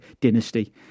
dynasty